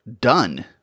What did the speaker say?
done